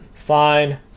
Fine